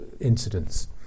incidents